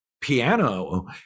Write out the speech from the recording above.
piano